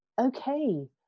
okay